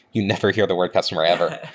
you never hear the word customer ever,